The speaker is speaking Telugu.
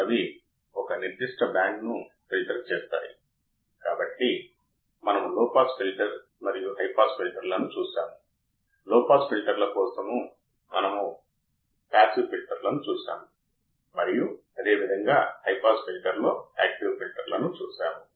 మొదటి మాడ్యూల్ లో విద్యుత్ సరఫరా పరంగా టెర్మినల్స్ పరంగా అనంతమైన ఇన్పుట్ ఇంపిడెన్స్ అనంతమైన గైన్ 0 అవుట్పుట్ ఇంపిడెన్స్ అనంతమైన బ్యాండ్ విడ్త్ కలిగి ఉన్న ఐడియల్ ఆప్ ఆంప్ పరంగా ఆప్ ఆంప్ యొక్క లక్షణాలను మనం చూశాము